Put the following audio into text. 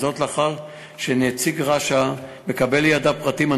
לאחר שנציג רש"א מקבל לידיו פרטים על